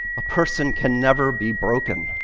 a person can never be broken.